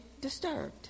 disturbed